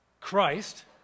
Christ